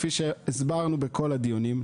כפי שהסברנו בכל הדיונים,